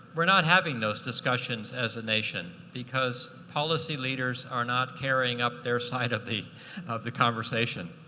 we're not having those discussions as a nation because policy leaders are not carrying up their side of the of the conversation.